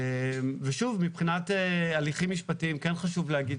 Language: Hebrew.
ושוב מבחינת הליכים משפטיים כן חשוב להגיד